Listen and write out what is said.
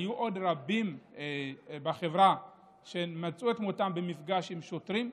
היו עוד רבים בחברה שמצאו את מותם במפגש עם שוטרים,